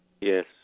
Yes